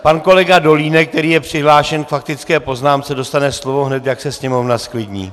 Pan kolega Dolínek, který je přihlášen k faktické poznámce, dostane slovo hned, jak se sněmovna zklidní.